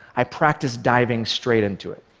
i practice diving straight into it,